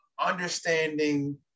understanding